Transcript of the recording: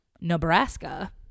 Nebraska